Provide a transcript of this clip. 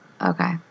Okay